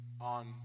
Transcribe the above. on